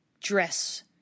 dress